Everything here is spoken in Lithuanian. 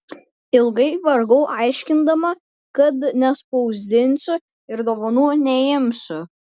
ilgai vargau aiškindama kad nespausdinsiu ir dovanų neimsiu